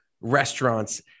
restaurants